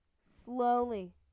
slowly